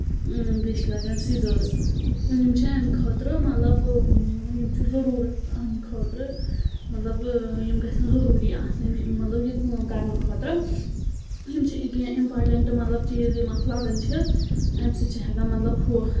بییہِ چھُ لگان سیٖزٲرٕس یِم چھِ اَمہِ خٲطرٕ مطلب یِم چھِ ضروٗرت اَمہِ خٲطرٕ مطلب یِم گژھن ضروٗری آسٕنۍ مطلب یہِ کٲم کَرنہٕ خٲطرٕ یِم چھِ کینٛہہ اِمپاٹَنٹ مطلب چیٖز یِم اَتھ لَگَان چھِ امہِ سۭتۍ چھِ ہؠکَان مطلب ہُہ